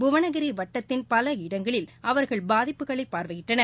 புவனகிரி வட்டத்தில் பல இடங்களில் அவர்கள் பாதிப்புகளை பார்வையிட்டனர்